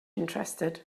interested